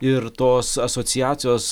ir tos asociacijos